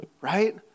right